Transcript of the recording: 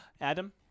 Adam